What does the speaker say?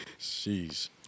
Jeez